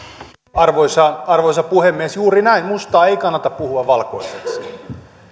arvoisa arvoisa puhemies juuri näin mustaa ei kannata puhua valkoiseksi